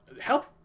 help